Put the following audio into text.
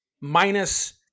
minus